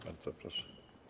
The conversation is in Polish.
Bardzo proszę.